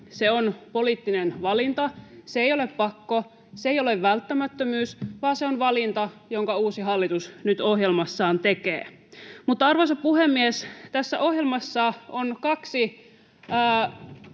on poliittinen valinta. Se ei ole pakko, se ei ole välttämättömyys, vaan se on valinta, jonka uusi hallitus nyt ohjelmassaan tekee. Mutta, arvoisa puhemies, tässä ohjelmassa on kaksi